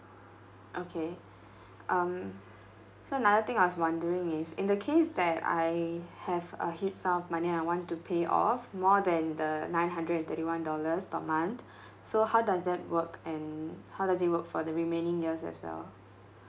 okay um so another thing I was wondering is in the case that I have a huge sum of money and I want to pay off more than the nine hundred and thirty one dollars per month so how does that work and how does it work for the remaining years as well